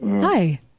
Hi